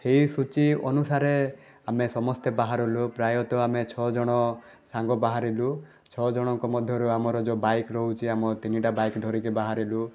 ସେଇ ସୂଚୀ ଅନୁସାରେ ଆମେ ସମସ୍ତେ ବାହାରିଲୁ ପ୍ରାୟତଃ ଆମେ ଛଅ ଜଣ ସାଙ୍ଗ ବାହାରିଲୁ ଛ ଜଣଙ୍କ ମଧ୍ୟରୁ ଆମର ଯେଉଁ ବାଇକ୍ ରହୁଛି ଆମ ତିନିଟା ବାଇକ୍ ଧରିକି ବାହାରିଲୁ